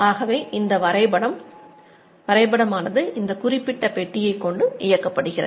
ஆகவே இந்த வரைபடம் ஆனது இந்த குறிப்பிட்ட பெட்டியை கொண்டு இயக்கப்படுகிறது